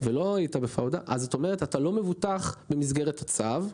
זאת אומרת שאתה לא מבוטח במסגרת הצו,